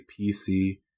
PC